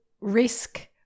risk